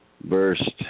burst